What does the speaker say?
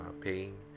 paying